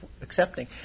accepting